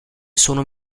sono